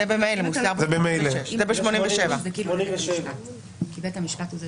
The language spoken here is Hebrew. זה ממילא מוסדר בסעיף 87. 87. זה כאילו הולך לבית המשפט.